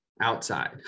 outside